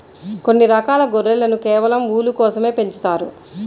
కొన్ని రకాల గొర్రెలను కేవలం ఊలు కోసమే పెంచుతారు